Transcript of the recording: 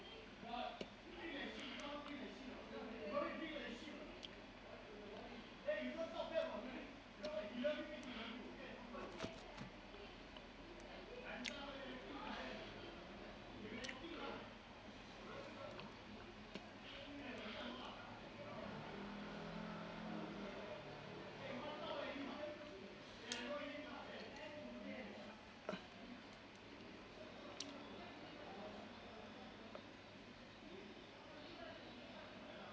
uh uh sure uh uh